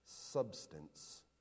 substance